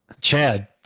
Chad